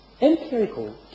Empirical